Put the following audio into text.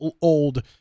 old